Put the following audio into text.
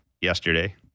yesterday